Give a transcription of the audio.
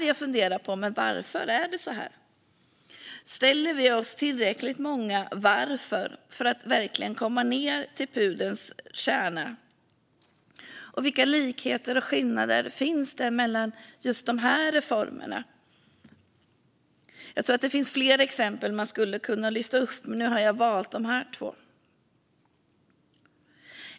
Jag funderar på varför det är så. Ställer vi oss frågan "varför?" tillräckligt många gånger för att verkligen komma in till pudelns kärna? Vilka likheter och skillnader finns det mellan dessa reformer? Jag tror att det finns fler exempel man skulle kunna lyfta upp, men jag har valt dessa två.